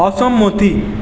অসম্মতি